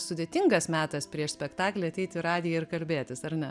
sudėtingas metas prieš spektaklį ateiti į radiją ir kalbėtis ar ne